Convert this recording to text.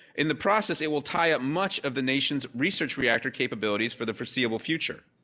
in the process, it will tie up much of the nation's research reactor capabilities for the foreseeable future.